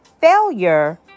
Failure